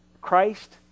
Christ